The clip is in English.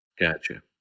Gotcha